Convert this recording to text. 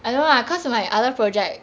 I don't know lah cause of my other project